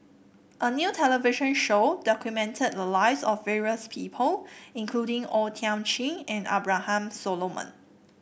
a new television show documented the lives of various people including O Thiam Chin and Abraham Solomon